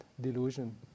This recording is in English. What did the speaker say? delusion